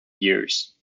years